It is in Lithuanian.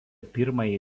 pirmąjį